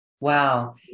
Wow